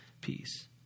peace